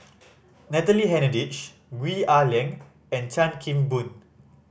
Natalie Hennedige Gwee Ah Leng and Chan Kim Boon